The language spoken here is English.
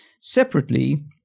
Separately